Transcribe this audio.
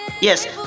yes